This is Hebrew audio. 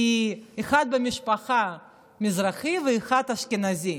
כי אחד במשפחה מזרחי ואחד אשכנזי.